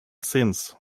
since